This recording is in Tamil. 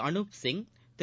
அனூப் சிங் திரு